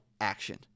action